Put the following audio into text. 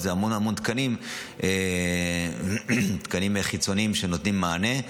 זה המון המון תקנים חיצוניים שנותנים מענה.